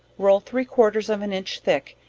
roll three quarters of an inch thick,